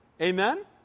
amen